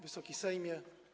Wysoki Sejmie!